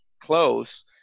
close